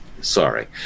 sorry